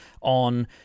on